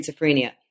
schizophrenia